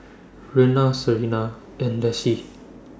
Rena Sarina and Lessie